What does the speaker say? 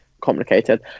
Complicated